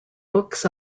books